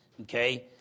Okay